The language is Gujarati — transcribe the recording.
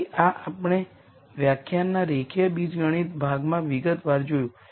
તેથી આ આપણે વ્યાખ્યાનના રેખીય બીજગણિત ભાગમાં વિગતવાર જોયું